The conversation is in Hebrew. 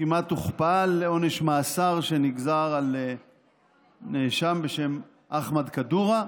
כמעט הוכפל עונש מאסר שנגזר על נאשם בשם אחמד קדורה,